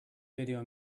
video